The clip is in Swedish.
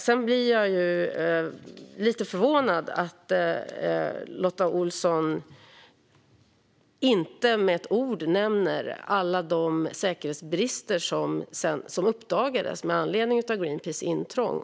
Jag blir lite förvånad över att Lotta Olsson inte med ett ord nämner alla de säkerhetsbrister som uppdagades med anledning av Greenpeaces intrång.